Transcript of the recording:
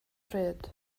pryd